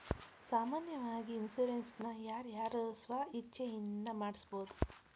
ಸಾಮಾನ್ಯಾವಾಗಿ ಇನ್ಸುರೆನ್ಸ್ ನ ಯಾರ್ ಯಾರ್ ಸ್ವ ಇಛ್ಛೆಇಂದಾ ಮಾಡ್ಸಬೊದು?